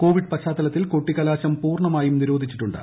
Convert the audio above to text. Covid പശ്ചാത്തലത്തിൽ കൊട്ടിക്കലാശം പൂർണ്ണമായും നിരോധിച്ചിട്ടുണ്ട്